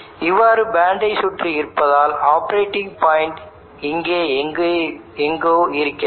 இவ்வாறு பேண்டை சுற்றி இருப்பதால் ஆப்பரேட்டிங் பாயிண்ட் இங்கே எங்கோ இருக்கிறது